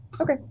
okay